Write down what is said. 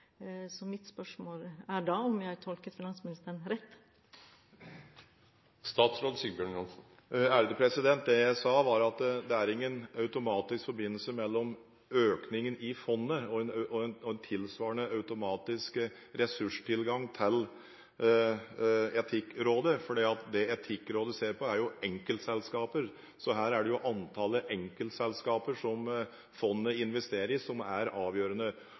Så hørte jeg – i hvert fall tolket jeg finansministerens innlegg slik – at han mente at dette ikke hadde noen betydning, og at det ville bli mer etikk om man styrket Etikkfondet. Mitt spørsmål er da om jeg tolket finansministeren rett. Det jeg sa, var at det er ingen automatisk forbindelse mellom økningen i fondet og en tilsvarende automatisk ressurstilgang til Etikkrådet, for det Etikkrådet ser på, er enkeltselskaper. Så her er det